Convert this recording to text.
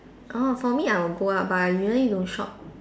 orh for me I will go out but I usually don't shop